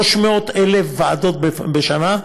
300,000 ועדות בשנה,